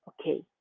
okay